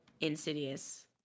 Insidious